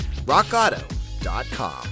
Rockauto.com